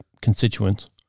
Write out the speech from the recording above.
constituents